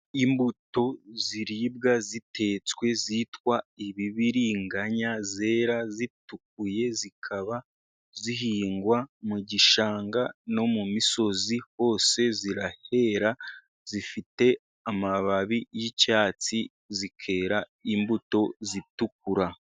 Imbuto ziribwa zitetswe zitwa ibibiriganya, zera zitukuye zikaba zihingwa mu gishanga no mu misozi, hose zirahera, zifite amababi y'icyatsi zikera imbuto zitukura.